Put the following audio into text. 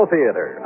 Theater